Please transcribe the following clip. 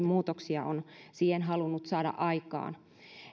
muutoksia on siihen halunnut saada aikaan